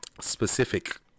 specific